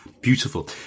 beautiful